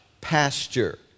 pasture